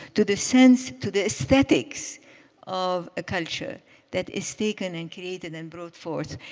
to the sense, to the aesthetics of a culture that is taken and created and brought forth.